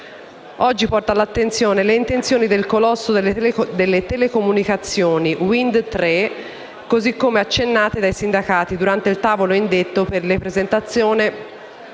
Oggi porto all'attenzione le intenzioni del colosso delle telecomunicazioni Wind Tre così come accennate dai sindacati durante il tavolo indetto per la presentazione